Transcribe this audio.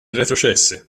retrocesse